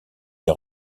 les